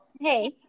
Hey